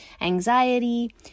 anxiety